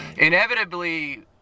inevitably